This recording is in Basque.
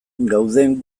gauden